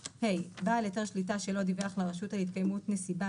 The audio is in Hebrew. בעל היתר שליטה שלא דיווח לרשות על התקיימות נסיבה